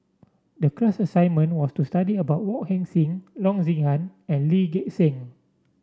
the class assignment was to study about Wong Heck Sing Loo Zihan and Lee Gek Seng